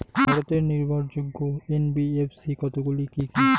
ভারতের নির্ভরযোগ্য এন.বি.এফ.সি কতগুলি কি কি?